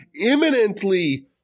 imminently